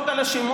מי